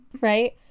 right